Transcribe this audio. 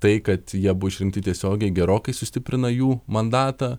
tai kad jie buvo išrinkti tiesiogiai gerokai sustiprina jų mandatą